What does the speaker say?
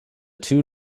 two